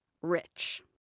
rich